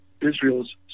Israel's